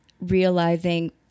realizing